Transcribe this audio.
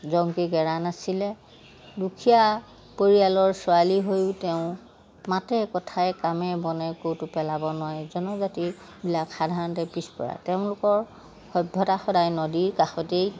জংকীক এৰা নাছিলে দুখীয়া পৰিয়ালৰ ছোৱালী হৈও তেওঁ মাতে কথাই কামে বনে ক'তো পেলাব নোৱাৰি জনজাতিবিলাক সাধাৰণতে পিছপৰা তেওঁলোকৰ সভ্যতা সদায় নদীৰ কাষতেই